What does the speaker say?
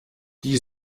die